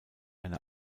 eine